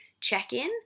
check-in